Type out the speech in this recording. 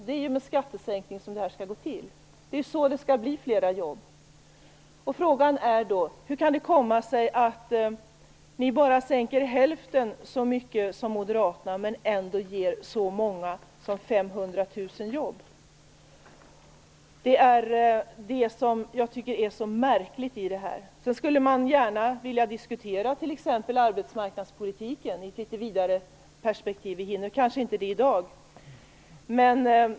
Det här skall ske med skattesänkning. Det är så det skall bli fler jobb. Hur kan det då komma sig att ni sänker bara hälften så mycket som Moderaterna men ändå ger så många som 500 000 jobb? Det tycker jag är så märkligt. Man skulle gärna vilja diskutera arbetsmarknadspolitiken i ett litet vidare perspektiv. Det hinner vi kanske inte i dag.